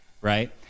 right